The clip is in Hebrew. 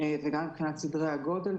וגם מבחינת סדרי הגודל.